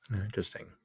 interesting